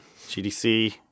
GDC